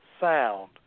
sound